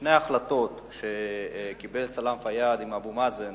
שתי ההחלטות שקיבל סלאם פיאד עם אבו מאזן,